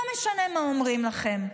לא משנה מה אומרים לכם.